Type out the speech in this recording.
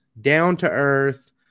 down-to-earth